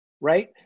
right